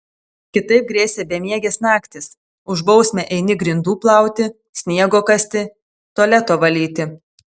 kitaip grėsė bemiegės naktys už bausmę eini grindų plauti sniego kasti tualeto valyti